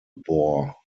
bore